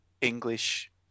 English